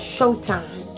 Showtime